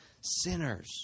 sinners